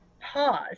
pause